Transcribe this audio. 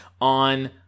on